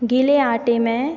गीले आटे में